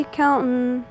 counting